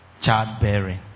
childbearing